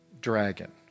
dragon